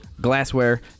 glassware